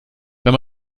wenn